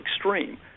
extreme